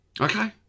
Okay